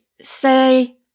say